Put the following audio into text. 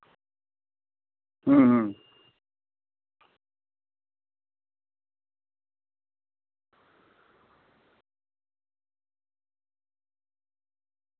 ᱦᱩᱸ